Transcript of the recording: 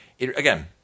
again